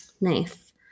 Nice